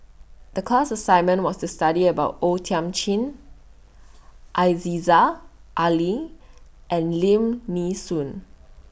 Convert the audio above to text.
The class assignment was to study about O Thiam Chin Aziza Ali and Lim Nee Soon